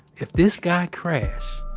if this guy crashed,